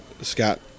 Scott